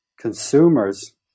consumers